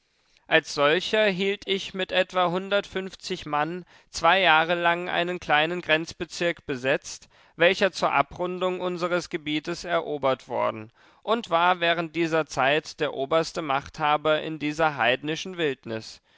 als solcher hielt ich mit etwa hundertundfünfzig mann zwei jahre lang einen kleinen grenzbezirk besetzt welcher zur abrundung unseres gebietes erobert worden und war während dieser zeit der oberste machthaber in dieser heidnischen wildnis